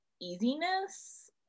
easiness